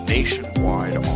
Nationwide